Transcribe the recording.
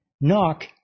Knock